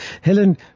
Helen